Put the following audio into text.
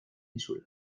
dizula